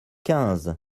quinze